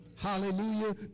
Hallelujah